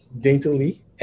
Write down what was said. daintily